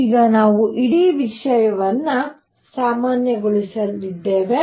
ಈಗ ನಾವು ಇಡೀ ವಿಷಯವನ್ನು ಸಾಮಾನ್ಯಗೊಳಿಸಿದ್ದೇವೆ